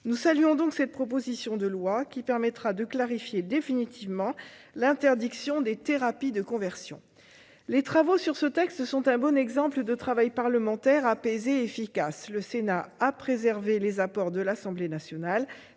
Nous saluons donc la présente proposition de loi, qui permettra de clarifier définitivement l'interdiction des thérapies de conversion. Les travaux sur ce texte sont un bon exemple de travail parlementaire apaisé et efficace. Le Sénat a préservé les apports de l'Assemblée nationale,